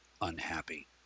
unhappy